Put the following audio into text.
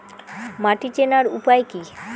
মাটি চেনার উপায় কি?